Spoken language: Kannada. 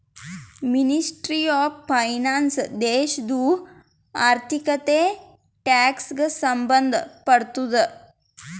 ಮಿನಿಸ್ಟ್ರಿ ಆಫ್ ಫೈನಾನ್ಸ್ ದೇಶದು ಆರ್ಥಿಕತೆ, ಟ್ಯಾಕ್ಸ್ ಗ ಸಂಭಂದ್ ಪಡ್ತುದ